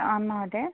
आं महोदय